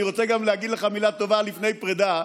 ואני רוצה גם להגיד לך מילה טובה לפני פרידה,